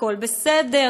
הכול בסדר,